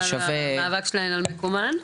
המאבק שלהן על מקומן?